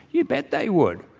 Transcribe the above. you bet they would.